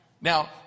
Now